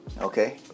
Okay